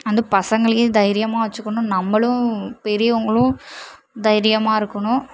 அந்த பசங்களையும் தைரியமாக வச்சிக்கணும் நம்மளும் பெரியவங்களும் தைரியமாக இருக்கனும்